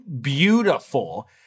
beautiful